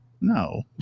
No